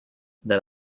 that